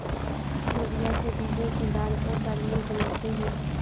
लोबिया के बीजो से दाल और दालमोट बनाते है